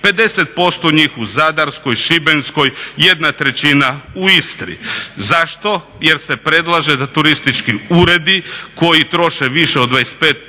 50% njih u Zadarskoj, Šibenskoj, 1/3 u Istri. Zašto? Jer se predlaže da turistički uredi koji troše više od 25%